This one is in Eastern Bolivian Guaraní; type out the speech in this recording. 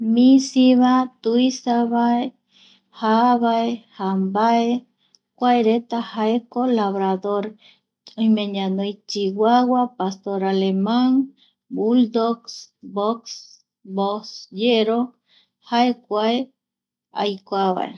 Misiva, tuisava, jaa vae, jambae, kua reta jaeko labrador, oime ñanoi chihuahua, pastor aleman, bulldogs, bos. bosyero, jae kua aaikuava